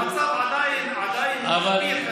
והמצב עדיין מחפיר.